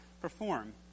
perform